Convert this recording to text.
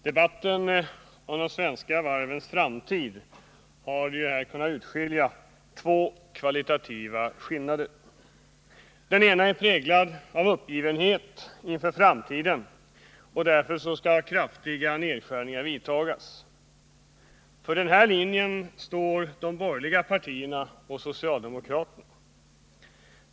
Herr talman! Debatten om de svenska varvens framtid har utskilt två kvalitativa skillnader. Den ena linjen är präglad av uppgivenhet inför framtiden, och därför skall kraftiga nedskärningar vidtas. För denna linje står de borgerliga partierna och socialdemokraterna.